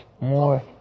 more